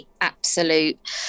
absolute